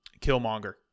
Killmonger